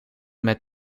met